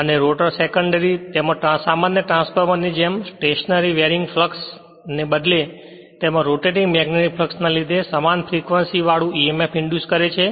અને rotor secondary તેમાં સામાન્ય ટ્રાન્સફોર્મરની જેમ સ્ટેશનરી વેરિંગ ફ્લક્ષ ને બદલે તેમાં રોટેટિંગ મેગ્નેટિક ફ્લક્ષ ના લીધે માં સમાન ફ્રેક્વંસી વાળું emf ઇંડ્યુસ થાય છે